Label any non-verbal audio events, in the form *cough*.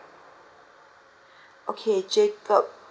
*breath* okay jacob